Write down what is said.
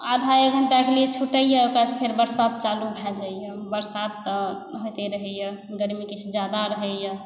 आधा एक घण्टाके लिए छुटैया ओकर बाद बरसात चालू भए जाइया बरसात तऽ होइते रहैया गर्मी किछु ज्यादा रहैया